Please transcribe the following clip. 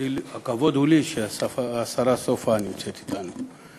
כבוד הוא לי שהשרה סופה נמצאת אתנו,